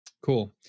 Cool